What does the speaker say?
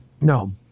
no